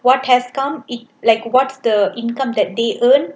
what has come eat like what's the income that they earn